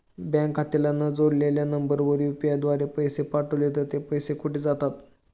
Bank खात्याला न जोडलेल्या नंबरवर यु.पी.आय द्वारे पैसे पाठवले तर ते पैसे कुठे जातात?